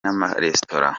n’amaresitora